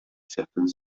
certaines